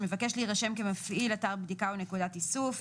מבקש להירשם כמפעיל אתר בדיקה או נקודת איסוף.